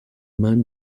man